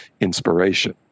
inspiration